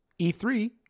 E3